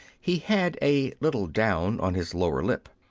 he had a little down on his lower lip.